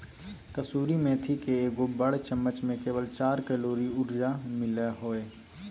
कसूरी मेथी के एगो बड़ चम्मच में केवल चार कैलोरी ऊर्जा मिलो हइ